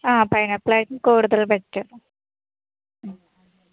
ആ പൈനാപ്പിളായിരിക്കും കൂട്തൽ ബെറ്റർ